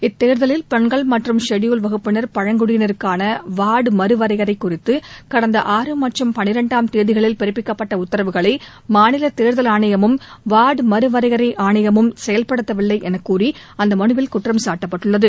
இத்தேர்தலில் பெண்கள் மற்றும் ஷெட்பூல்ட் வகுப்பினர் பழங்குடியினருக்கான வார்டு மறுவரையறை குறித்து கடந்த ஆறு மற்றும் பன்னிரண்டாம் தேதிகளில் பிறப்பிப்பிக்கப்பட்ட உத்தரவுகளை மாநில தேர்தல் ஆணையமும் வார்டு மறுவரையறை ஆணையமும் செயல்படுத்தவில்லை என அந்த மனுவில் குற்றம் சாட்டப்பட்டுள்ளது